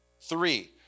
three